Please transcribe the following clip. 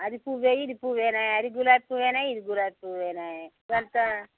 అది పువ్వు ఇది పువ్వాయ అది గులాబ్ పువ్వాయ ఇది గులాబ్ పువ్వాయ అంత